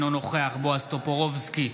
אינו נוכח בועז טופורובסקי,